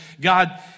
God